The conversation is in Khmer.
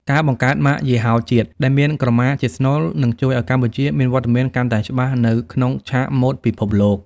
ការបង្កើត ម៉ាកយីហោជាតិ ដែលមានក្រមាជាស្នូល នឹងជួយឲ្យកម្ពុជាមានវត្តមានកាន់តែច្បាស់នៅក្នុងឆាកម៉ូដពិភពលោក។